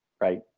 right